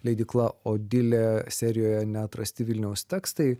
leidykla odilė serijoje neatrasti vilniaus tekstai